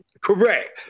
Correct